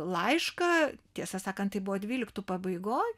laišką tiesą sakant tai buvo dvyliktų pabaigoj